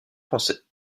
français